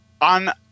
on